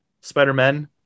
Spider-Men